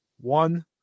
one